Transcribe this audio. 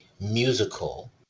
musical